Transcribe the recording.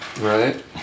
Right